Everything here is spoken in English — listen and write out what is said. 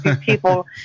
people